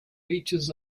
reaches